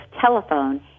telephone